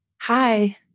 Hi